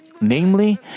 Namely